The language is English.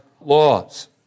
laws